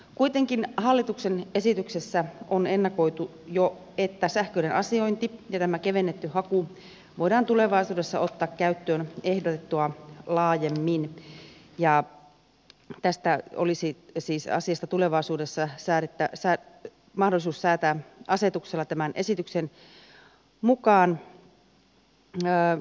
kuitenkin hallituksen esityksessä on ennakoitu jo että sähköinen asiointi ja tämä kevennetty haku voidaan tulevaisuudessa ottaa käyttöön ehdotettua laajemmin ja tästä asiasta olisi siis tulevaisuudessa mahdollisuus säätää asetuksella tämän esityksen mukaan